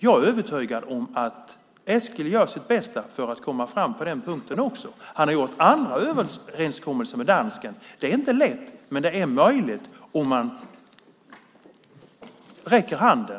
Jag är övertygad om att Eskil gör sitt bästa för att komma fram på den punkten också. Han har gjort andra överenskommelser med dansken. Det är inte lätt, men det är möjligt om man räcker ut handen.